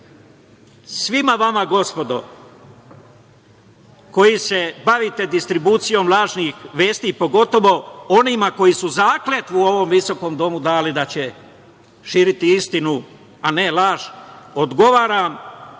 drugi. Svima vama, gospodo, koji se bavite distribucijom lažnih vesti, pogotovo onima koji su zakletvu u ovom visokom domu dali da će širiti istinu, a ne laž, odgovaram